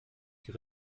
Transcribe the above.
die